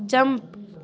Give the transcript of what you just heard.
jump